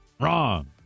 Wrong